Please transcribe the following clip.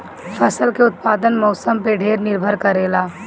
फसल के उत्पादन मौसम पे ढेर निर्भर करेला